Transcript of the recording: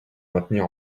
maintenir